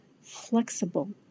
flexible